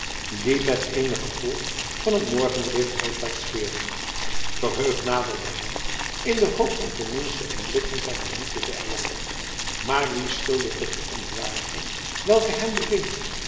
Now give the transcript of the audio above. die met eenig gevolg van een morgenrit huiswaarts keerden verheugd naderde hij in de hoop van ten minste een blik van zijn geliefde te erlangen maar wie schildert de verontwaardiging welke hem beving